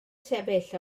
sefyll